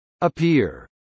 Appear